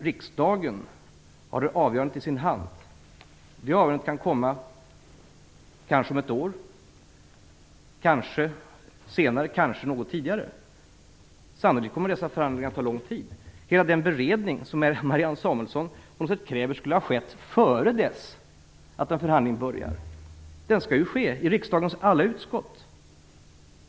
Riksdagen har avgörandet i sin hand, och det avgörandet kan komma om ett år, kanske något senare, kanske något tidigare. Sannolikt kommer dessa förhandlingar att ta lång tid. Hela den beredning som Marianne Samuelsson kräver skulle ha skett före dess att förhandlingen börjar skall ju ske i riksdagens alla utskott.